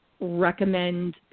recommend